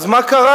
אז מה קרה?